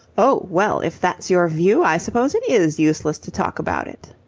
oh, well, if that's your view, i suppose it is useless to talk about it.